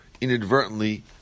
inadvertently